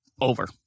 over